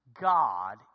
God